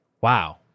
Wow